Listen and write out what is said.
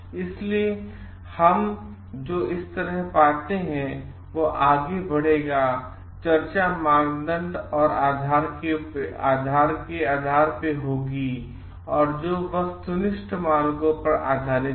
इसलिए हम जो इस तरह पाते हैं वह आगे बढ़ेगा यह चर्चा मानदंड और के आधार पर होगी जो वस्तुनिष्ठ मानकों पर आधारित है